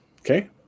Okay